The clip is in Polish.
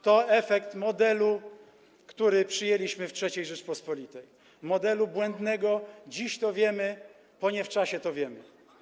To efekt modelu, który przyjęliśmy w III Rzeczypospolitej, modelu błędnego, dziś to wiemy, poniewczasie to wiemy.